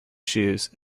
shoes